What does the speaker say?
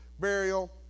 burial